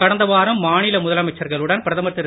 கடந்த வாரம் மாநில முதலமைச்சர்களுடன் பிரதமர் திரு